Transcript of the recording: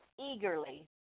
eagerly